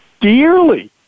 dearly